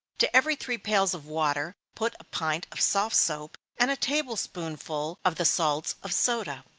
to every three pails of water put a pint of soft soap, and a table-spoonful of the salts of soda.